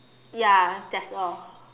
ya that's all